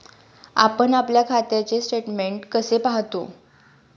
आपण आपल्या खात्याचे स्टेटमेंट कसे पाहतो?